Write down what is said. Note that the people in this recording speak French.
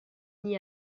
n’y